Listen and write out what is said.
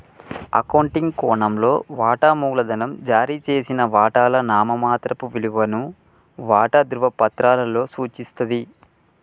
accounting కోణంలో, వాటా మూలధనం జారీ చేసిన వాటాల నామమాత్రపు విలువను వాటా ధృవపత్రాలలో సూచిస్తది